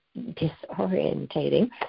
disorientating